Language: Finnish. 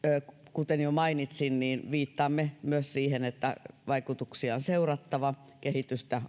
kuten jo mainitsin viittaamme myös siihen että vaikutuksia on seurattava ja kehitystä